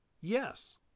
Yes